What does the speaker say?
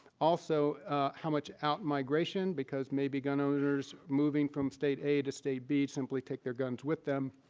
also how much out migration, because maybe gun owners moving from state a to state b simply take their guns with them.